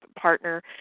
partner